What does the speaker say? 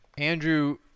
Andrew